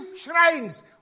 shrines